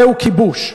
זהו כיבוש.